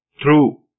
true